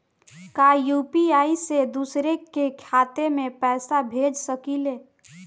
का यू.पी.आई से दूसरे के खाते में पैसा भेज सकी ले?